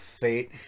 Fate